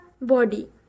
body